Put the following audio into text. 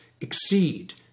exceed